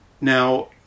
now